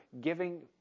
giving